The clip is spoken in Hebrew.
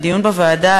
מהדיון בוועדה,